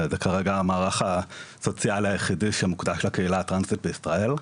זה כרגע המערך הסוציאלי היחידי שמוקדש לקהילה הטרנסית בישראל.